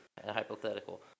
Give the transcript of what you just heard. hypothetical